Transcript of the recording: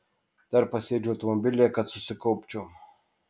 dar pasėdžiu automobilyje kad susikaupčiau